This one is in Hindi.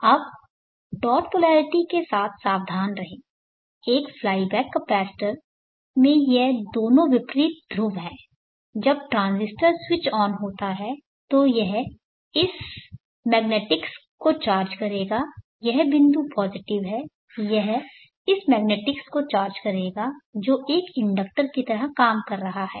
अब डॉट पोलरिटी के साथ सावधान रहें एक फ्लाई बैक कैपेसिटर में ये दोनों विपरीत ध्रुव हैं जब ट्रांजिस्टर स्विच ऑन होता है तो यह इस मैग्नेटिक्स को चार्ज करेगा यह बिंदु पॉजिटिव है यह इस मैग्नेटिक्स को चार्ज करेगा जो एक इंडक्टर की तरह काम कर रहा है